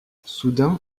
soudain